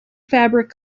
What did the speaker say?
fabric